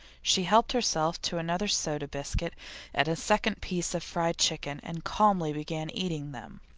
she helped herself to another soda biscuit and a second piece of fried chicken and calmly began eating them.